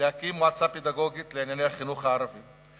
להקים מועצה פדגוגית לענייני החינוך הערבי,